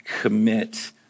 commit